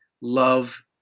love